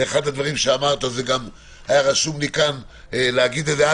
אחד הדברים שאמרת רציתי לומר בעצמי,